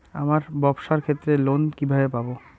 আমার ব্যবসার ক্ষেত্রে লোন কিভাবে পাব?